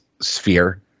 sphere